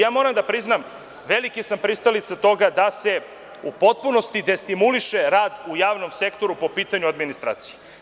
Ja moram da priznam da sam veliki pristalica toga da se u potpunosti destimuliše rad u javnom sektoru, po pitanju administracije.